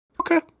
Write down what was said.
Okay